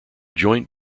joint